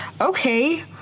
Okay